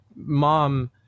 Mom